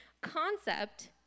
concept